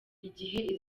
igihe